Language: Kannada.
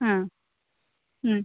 ಹಾಂ ಹ್ಞೂ